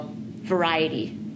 Variety